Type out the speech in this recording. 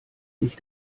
sich